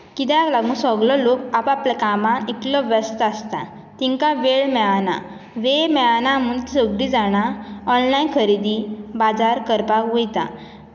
कित्याक लागून सगलो लोक आप आपल्या कामान इतलो व्यस्त आसता तिंकां वेळ मेळाना वेळ मेळाना म्हणून सगली जाण ऑनलायन खरेदी बाजार करपाक वयता